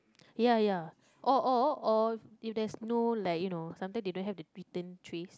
ya ya or or or if there's no like you know sometime they don't have the return trays